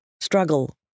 struggle